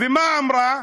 ומה אמרה?